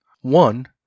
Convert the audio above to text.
One